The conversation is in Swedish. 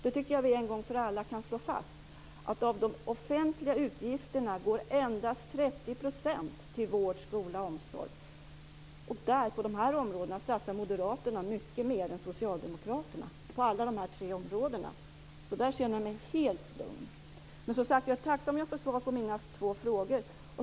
Jag tycker att vi en gång för alla kan slå fast att av de offentliga utgifterna går endast 30 % till vård, skola och omsorg. På dessa områden satsar Moderaterna mycket mer än Socialdemokraterna. Det gäller alla dessa tre områden. Där känner jag mig helt lugn. Men jag är tacksam om jag får svar på mina två frågor.